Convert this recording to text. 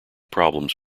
problems